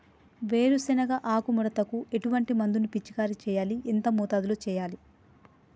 వేరుశెనగ ఆకు ముడతకు ఎటువంటి మందును పిచికారీ చెయ్యాలి? ఎంత మోతాదులో చెయ్యాలి?